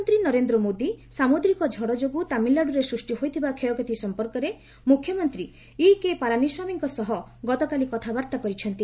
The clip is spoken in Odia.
ପ୍ରଧାନମନ୍ତ୍ରୀ ନରେନ୍ଦ୍ର ମୋଦି ସାମୁଦ୍ରିକ ଝଡ଼ ଯୋଗୁଁ ତାମିଲନାଡ଼ୁରେ ସ୍କୃଷ୍ଟି ହୋଇଥିବା କ୍ଷୟକ୍ଷତି ସଂପର୍କରେ ମୁଖ୍ୟମନ୍ତ୍ରୀ ଇକେ ପାଲାନିସ୍ୱାମୀଙ୍କ ସହ ଗତକାଲି କଥାବାର୍ତ୍ତା କରିଛନ୍ତି